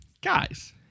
guys